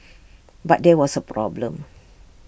but there was A problem